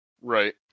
Right